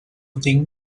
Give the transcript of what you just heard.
tinc